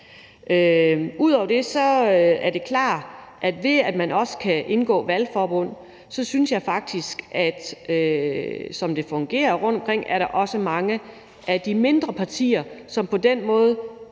Ud over det er det klart, at man også kan indgå valgforbund, og jeg synes faktisk, at der, som det fungerer rundtomkring, er mange af de mindre partier, som på den måde